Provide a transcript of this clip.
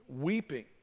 weeping